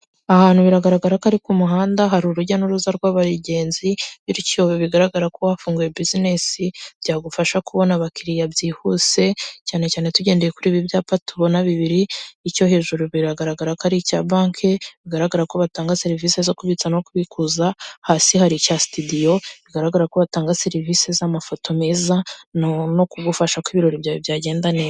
Ahantu biragaragara ko ari ku muhanda hari urujya n'uruza rw'abagenzi bityo bigaragara ko wafunguye businesi byagufasha kubona abakiriya byihuse cyane cyane tugendeye kuri ibi byapa tubona bibiri icyo hejuru biragaragara ko ari icya banki bigaragara ko batanga serivisi zo kubitsa no kubikuza. Hasi hari icya sitidiyo bigaragara ko batanga serivisi z'amafoto meza no kugufasha ko ibirori byawe byagenda neza